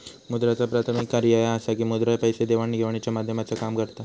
मुद्राचा प्राथमिक कार्य ह्या असा की मुद्रा पैसे देवाण घेवाणीच्या माध्यमाचा काम करता